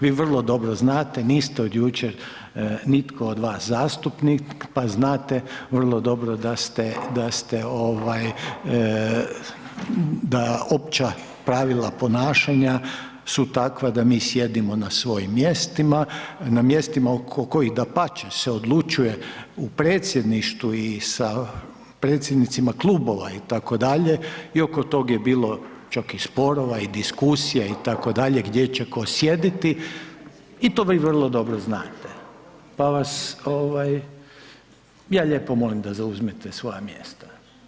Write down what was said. Vi vrlo dobro znate, niste od jučer nitko od vas zastupnika, pa znate vrlo dobro da opća pravila ponašanja su takva da mi sjedimo na svojim mjestima, na mjestima oko kojih dapače se odlučuje u predsjedništvu i sa predsjednicima klubova itd. i oko toga je bilo čak i sporova i diskusija itd. gdje će tko sjediti i to vi vrlo dobro znate, pa vas ja lijepo molim da zauzmete svoja mjesta.